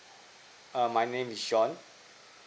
err my name is john